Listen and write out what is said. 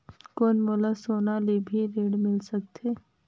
कौन मोला सोना ले भी ऋण मिल सकथे?